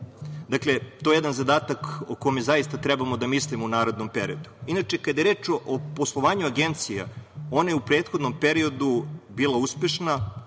Dakle, to je jedan zadatak o kome zaista trebamo da mislimo u narednom periodu. Inače, kada je reč o poslovanju Agencije, ona je u prethodnom periodu bila uspešna,